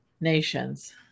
nations